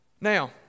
Now